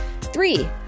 Three